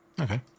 okay